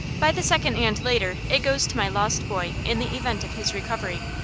by the second and later, it goes to my lost boy in the event of his recovery.